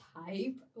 type